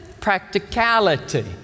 practicality